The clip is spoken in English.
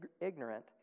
ignorant